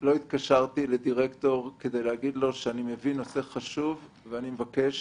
לא התקשרתי לדירקטור כדי להגיד לו שאני מביא נושא חשוב ואני מבקש